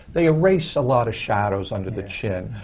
they erase a lot of shadows under the chin.